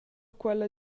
quella